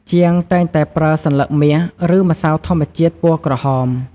ជាងតែងតែប្រើសន្លឹកមាស ឬ ម្សៅធម្មជាតិពណ៌ក្រហម។